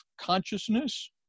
consciousness